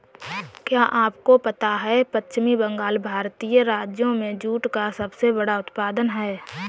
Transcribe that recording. क्या आपको पता है पश्चिम बंगाल भारतीय राज्यों में जूट का सबसे बड़ा उत्पादक है?